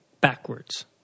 backwards